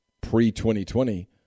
pre-2020